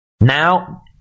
Now